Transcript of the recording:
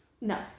No